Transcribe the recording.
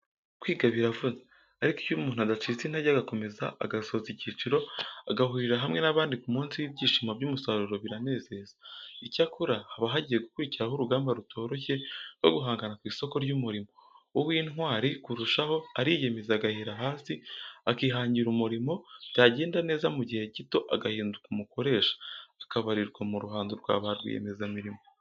Kwiga biravuna, ariko iyo umuntu adacitse intege agakomeza agasoza icyiciro, agahurira hamwe n'abandi ku munsi w'ibyishimo by'umusaruro biranezeza. Icyakora haba hagiye gukurikiraho urugamba rutoroshye rwo guhangana ku isoko ry'umurimo, uw'intwari kurushaho ariyemeza agahera hasi akihangira umurimo, byagenda neza mu gihe gito agahinduka umukoresha, akabarirwa mu ruhando rwa ba rwiyemezamirimo.